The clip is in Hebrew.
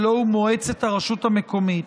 הלוא הוא מועצת הרשות המקומיות.